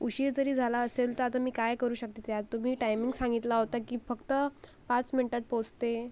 उशीर जरी झाला असेल तर आता मी काय करू शकते त्यात तुम्ही टाइमिंग सांगितला होता की फक्त पाच मिनिटात पोहचते